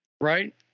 right